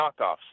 knockoffs